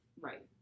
Right